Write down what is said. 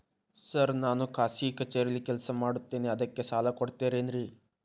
Sir ನಾನು ಖಾಸಗಿ ಕಚೇರಿಯಲ್ಲಿ ಕೆಲಸ ಮಾಡುತ್ತೇನೆ ಅದಕ್ಕೆ ಸಾಲ ಕೊಡ್ತೇರೇನ್ರಿ?